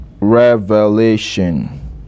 revelation